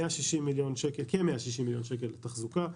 כ-160 מיליון שקל לתחזוקה.